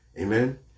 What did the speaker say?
Amen